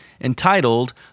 entitled